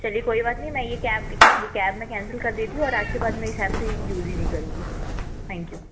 चलिए कोई बात नहीं मैं ये कैब ये कैब मैं कैंसिल कर देती हूँ और आज के बाद मैं इस ऐप से यूज़ ही नही करूँगी थैंक यू